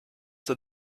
doch